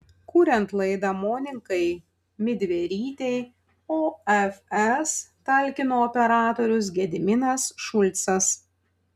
kuriant laidą monikai midverytei ofs talkino operatorius gediminas šulcas